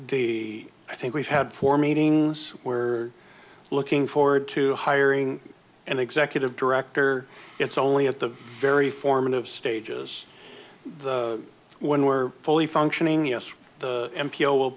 the i think we've had four meetings where looking forward to hiring an executive director it's only at the very formative stages when we're fully functioning yes the m p o will